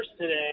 today